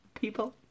people